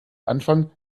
anfang